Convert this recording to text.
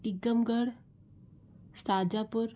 Tikamgarh Shajapur